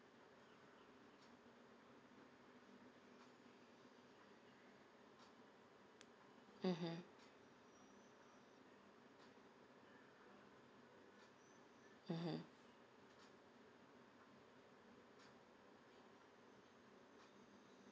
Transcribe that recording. mmhmm mmhmm